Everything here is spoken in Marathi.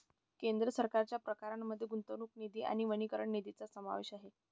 केंद्र सरकारच्या प्रकारांमध्ये गुंतवणूक निधी आणि वनीकरण निधीचा समावेश आहे